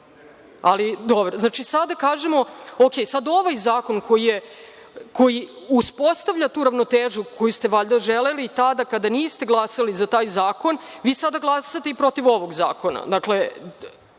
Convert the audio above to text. Ali, dobro. Sada kažemo - okej, sada ovaj zakon koji uspostavlja tu ravnotežu, koju ste valjda želeli tada kada niste glasali za taj zakon, vi sada glasate i protiv ovog zakona.